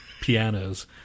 Pianos